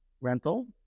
rental